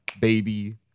baby